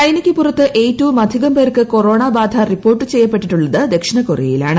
ചൈനയ്ക്ക് പുറത്ത് ഏറ്റവുമധികം പേർക്ക് കൊറോണ ബാധ റിപ്പോർട്ട് ചെയ്യപ്പെട്ടിട്ടുള്ളത് ദക്ഷിണ കൊറിയയിലാണ്